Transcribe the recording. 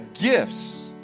gifts